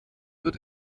wird